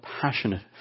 passionate